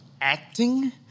acting